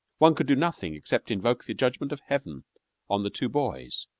one could do nothing except invoke the judgment of heaven on the two boys,